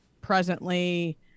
presently